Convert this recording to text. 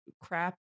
crap